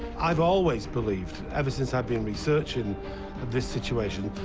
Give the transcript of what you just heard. i've always believed, ever since i've been researching ah this situation,